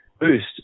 boost